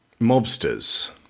mobsters